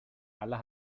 aller